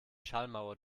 schallmauer